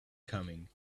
coming